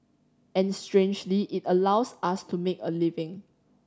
and strangely it allows us to make a living